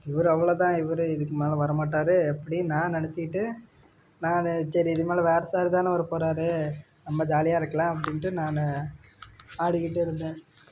இவர் அவ்ளவுதான் இவர் இதுக்கு மேலே வர மாட்டார் அப்படின்னு நான் நெனைச்சிக்கிட்டு நான் சரி இதுக்கு மேலே வேற சார் தானே வரப்போறார் நம்ம ஜாலியாக இருக்கலாம் அப்படின்ட்டு நான் ஆடிக்கிட்டு இருந்தேன்